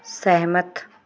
ਸਹਿਮਤ